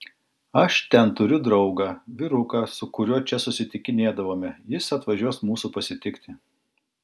aš ten turiu draugą vyruką su kuriuo čia susitikinėdavome jis atvažiuos mūsų pasitikti